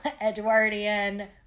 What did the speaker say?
Edwardian